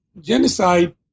genocide